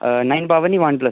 nine power नेईं OnePlus